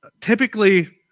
typically